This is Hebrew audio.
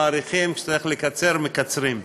מאריכים, כשצריך לקצר, מקצרים.